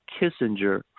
Kissinger